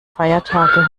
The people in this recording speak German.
feiertage